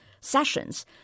sessions